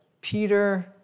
Peter